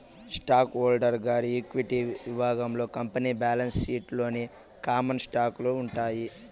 stock holder గారి equity విభాగంలో company balance sheet లోని కామన్ స్టాకులు ఉంటాయి